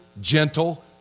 gentle